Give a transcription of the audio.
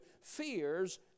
fears